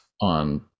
on